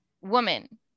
woman